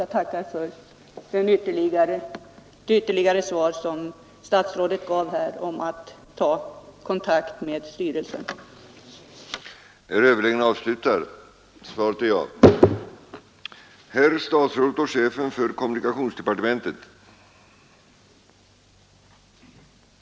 Jag tackar för det ytterligare besked som statsrådet gav om att ta Lantakt med stvrelsen för ST